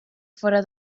fora